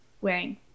wearing